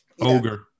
Ogre